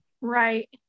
Right